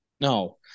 no